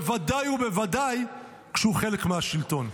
בוודאי ובוודאי כשהוא חלק מהשלטון.